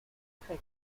trek